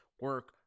Work